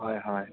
হয় হয়